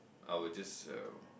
I would just uh